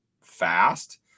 fast